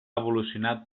evolucionat